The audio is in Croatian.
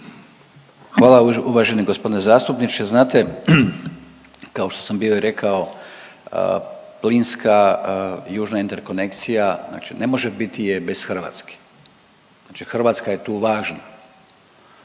Hvala uvaženi g. zastupniče. Znate, kao što sam bio i rekao, plinska Južna interkonekcija, znači ne može biti je bez Hrvatske, znači Hrvatska je tu važna.